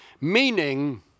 Meaning